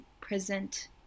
present